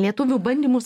lietuvių bandymus